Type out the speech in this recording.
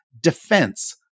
defense